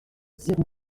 zéro